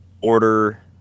Order